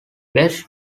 best